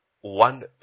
one